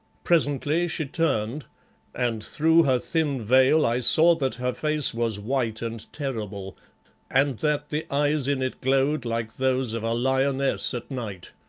presently she turned and through her thin veil i saw that her face was white and terrible and that the eyes in it glowed like those of a lioness at night.